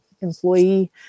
employee